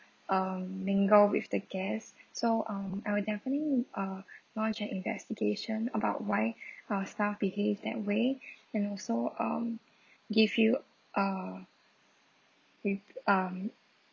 um mingle with the guests so um I will definitely uh launch an investigation about why our staff behave that way and also um give you uh we um